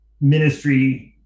ministry